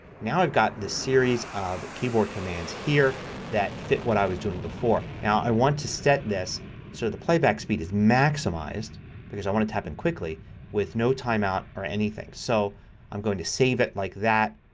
now i've got this series of keyboard commands here that fit what i was doing before. now i want to set this so the playback speed is maximized because i want it to happen quickly with no timeout or anything. so i'm going to save it like that.